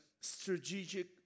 strategic